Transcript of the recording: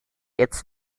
its